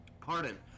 Pardon